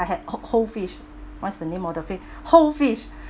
I had who~ whole fish what's the name of the fish whole fish